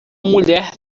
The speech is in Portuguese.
mulher